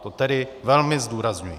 To tedy velmi zdůrazňuji.